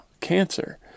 Cancer